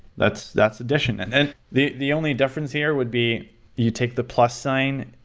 that's that's addition and and the the only difference here would be you take the plus sign,